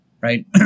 right